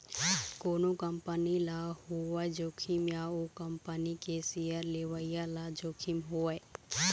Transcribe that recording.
कोनो कंपनी ल होवय जोखिम या ओ कंपनी के सेयर लेवइया ल जोखिम होवय